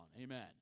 Amen